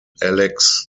alex